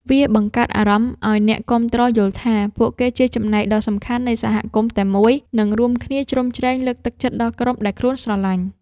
វាបង្កើតអារម្មណ៍ឱ្យអ្នកគាំទ្រយល់ថាពួកគេជាចំណែកដ៏សំខាន់នៃសហគមន៍តែមួយ និង រួមគ្នាជ្រោមជ្រែងលើកទឹកចិត្តដល់ក្រុមដែលខ្លួនស្រលាញ់។